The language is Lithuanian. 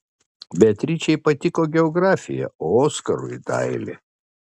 beatričei patiko geografija o oskarui dailė